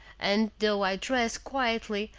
and though i dress quietly,